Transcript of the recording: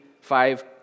five